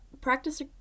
practice